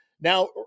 Now